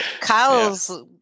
Kyle's